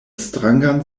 strangan